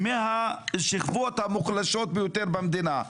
מהשכבות המוחלשות ביותר במדינה.